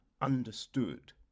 understood